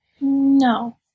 No